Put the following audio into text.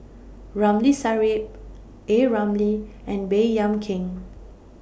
Ramli Sarip A Ramli and Baey Yam Keng